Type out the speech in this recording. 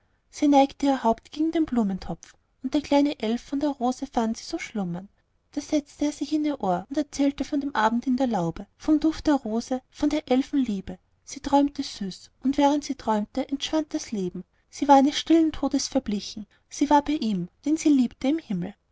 sie neigte ihr haupt gegen den blumentopf und der kleine elf von der rose fand sie so schlummern da setzte er sich in ihr ohr erzählte von dem abend in der laube vom duft der rose und der elfen liebe sie träumte süß und während sie träumte entschwand das leben sie war eines stillen todes verblichen sie war bei ihm den sie liebte im himmel